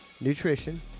nutrition